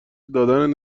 دادن